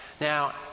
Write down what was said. Now